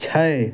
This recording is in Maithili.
छओ